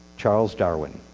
charles darwin